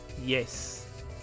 yes